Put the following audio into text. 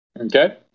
Okay